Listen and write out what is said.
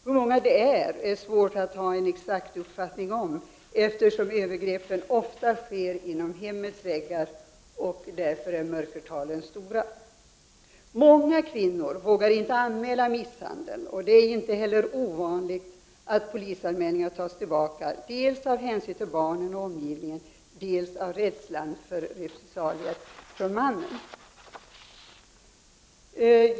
Hur många det är är det svårt att ha en exakt uppfattning om, eftersom övergreppen ofta sker inom hemmets väggar och mörkertalen därför är stora. Många kvinnor vågar inte anmäla misshandel, och det är inte heller ovanligt att polisanmälningar tas tillbaka, dels av hänsyn till barnen och omgivningen, dels av rädsla för repressalier från mannen.